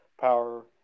power